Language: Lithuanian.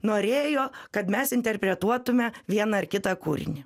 norėjo kad mes interpretuotume vieną ar kitą kūrinį